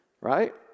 right